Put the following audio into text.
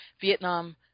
Vietnam